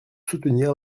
soutenir